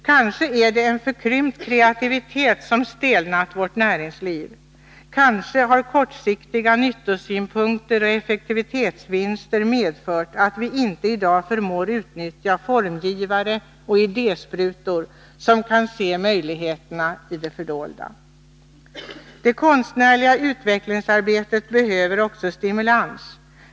Kanske är det en förkrympt kreativitet som har gjort att vårt näringsliv stelnat. Kanske har kortsiktiga nyttosynpunkter och effektivitetsvinster medfört att vi i dag inte förmår utnyttja formgivare och idésprutor som kan se möjligheterna i det fördolda. Det konstnärliga utvecklingsarbetet behöver också stimulans.